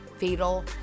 fatal